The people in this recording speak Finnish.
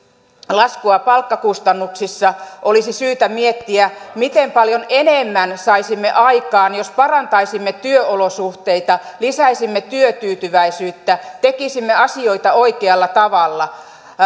laskua palkkakustannuksissa olisi syytä miettiä miten paljon enemmän saisimme aikaan jos parantaisimme työolosuhteita lisäisimme työtyytyväisyyttä tekisimme asioita oikealla tavalla